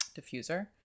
diffuser